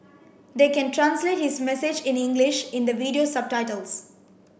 they can translate his message in English in the video subtitles